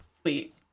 sweet